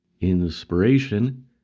INSPIRATION